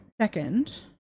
second